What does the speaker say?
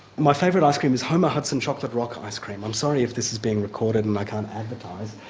my favourite ice cream is homer hudson chocolate rock ice cream. i'm sorry if this is being recorded and i can't advertise,